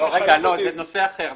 זה נושא אחר.